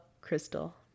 crystal